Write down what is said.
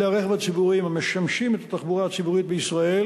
כלי-הרכב הציבוריים המשמשים את התחבורה הציבורית בישראל